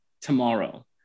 tomorrow